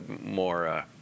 more